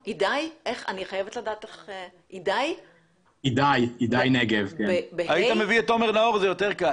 אני מעוניין לברך על הדיון ולומר כמה דברים